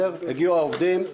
הגיעו העובדים.